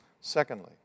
Secondly